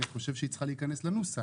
אני חושב שהיא צריכה להיכנס לנוסח.